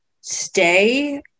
stay